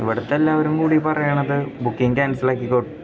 ഇവിടുത്തെല്ലാരും കൂടി പറയുന്നത് ബുക്കിങ് ക്യാൻസലാക്കിക്കോ